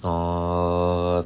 err